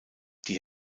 die